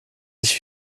sich